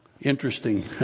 Interesting